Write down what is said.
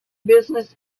business